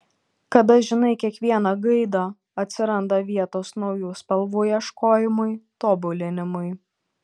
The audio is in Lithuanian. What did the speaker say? kada žinai kiekvieną gaidą atsiranda vietos naujų spalvų ieškojimui tobulinimui